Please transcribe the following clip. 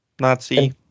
Nazi